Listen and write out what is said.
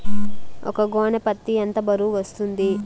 ఒక గోనె పత్తి ఎంత బరువు వస్తుంది?